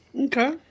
Okay